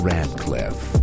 Radcliffe